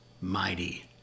mighty